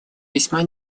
весьма